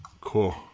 Cool